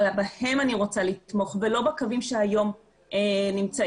בהם אני רוצה לתמוך ולא בקווים שהיום נמצאים.